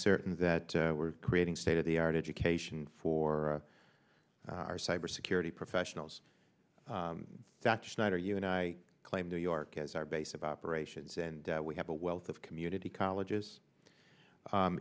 certain that we're creating state of the art education for our cyber security professionals that schneider you and i claim new york as our base of operations and we have a wealth of community colleges